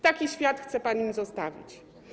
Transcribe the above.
Taki świat chce pan im zostawić.